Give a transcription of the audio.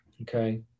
Okay